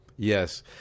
Yes